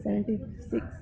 seventy six